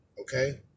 okay